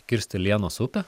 kirsti lienos upę